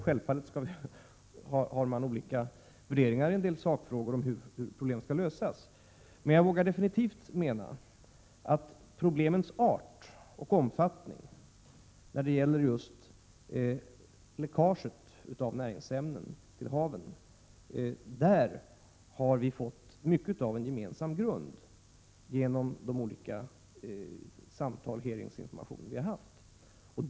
Självfallet har vi olika värderingar i en del sakfrågor om hur problem skall lösas. Men jag vågar definitivt mena att vi när det gäller problemens art och omfattning i fråga om just läckaget av näringsämnen till haven har fått mycket av en gemensam grund genom de olika samtal, hearingar och information på annat sätt som förekommit.